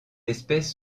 espèce